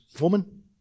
woman